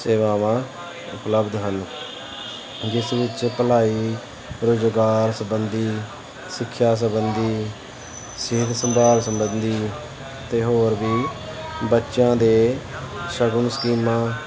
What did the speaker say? ਸੇਵਾਵਾਂ ਉਪਲਬਧ ਹਨ ਜਿਸ ਵਿੱਚ ਭਲਾਈ ਰੁਜ਼ਗਾਰ ਸਬੰਧੀ ਸਿੱਖਿਆ ਸਬੰਧੀ ਸਿਹਤ ਸੰਭਾਲ ਸਬੰਧੀ ਅਤੇ ਹੋਰ ਵੀ ਬੱਚਿਆਂ ਦੀਆਂ ਸ਼ਗੁਨ ਸਕੀਮਾਂ